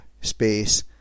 space